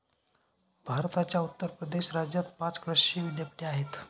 भारताच्या उत्तर प्रदेश राज्यात पाच कृषी विद्यापीठे आहेत